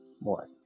more